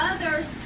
Others